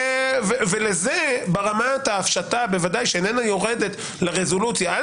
ולזה ברמת ההפשטה שאינה יורדת לרזולוציה אל